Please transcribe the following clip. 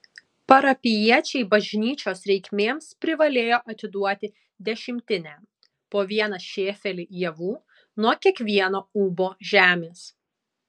parapijiečiai bažnyčios reikmėms privalėjo atiduoti dešimtinę po vieną šėfelį javų nuo kiekvieno ūbo žemės